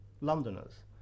Londoners